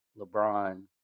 LeBron